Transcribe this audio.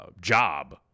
job